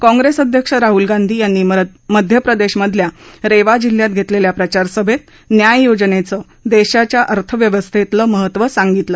काँग्रेस अध्यक्ष राहूल गांधी यांनी मध्यप्रदेशमधल्या रेवा जिल्ह्यात घेतलेल्या प्रचारसभेत न्याय योजनेचं देशाच्या अर्थव्यवस्थेतलं महत्व सांगितलं